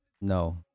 No